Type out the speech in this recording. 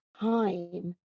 time